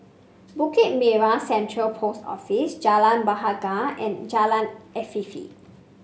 Bukit Merah Central Post Office Jalan Bahagia and Jalan Afifi